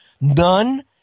None